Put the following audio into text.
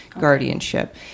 guardianship